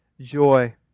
joy